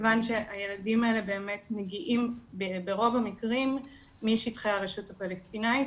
כיוון שהילדים האלה באמת מגיעים ברוב המקרים משטחי הרשות הפלסטינית,